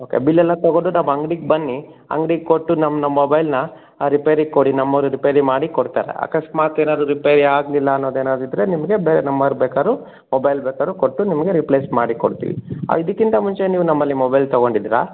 okay bill ಎಲ್ಲ ತಗೊಂಡು ನಮ್ಮ ಅಂಗ್ಡಿಗೆ ಬನ್ನಿ ಅಂಗ್ಡಿಗೆ ಕೊಟ್ಟು ನಮ್ಮ ಮೊಬೈಲನ್ನ ರಿಪೇರಿಗೆ ಕೊಡಿ ನಮ್ಮವರೇ ರಿಪೇರಿ ಮಾಡಿಕೊಡ್ತಾರೆ ಅಕಸ್ಮಾತ್ ಏನಾದ್ರೂ ರಿಪೇರಿ ಆಗಲಿಲ್ಲ ಅನ್ನೋದು ಏನಾರೂ ಇದ್ದರೆ ನಿಮಗೆ ಬೇರೆ ಬೇಕಾದ್ರೂ ಮೊಬೈಲ್ ಬೇಕಾದ್ರೂ ಕೊಟ್ಟು ನಿಮಗೆ ರಿಪ್ಲೇಸ್ ಮಾಡಿಕೊಡ್ತೀವಿ ಇದಕ್ಕಿಂತ ಮುಂಚೆ ನೀವು ನಮ್ಮಲ್ಲಿ ಮೊಬೈಲ್ ತಗೊಂಡಿದ್ದಿರಾ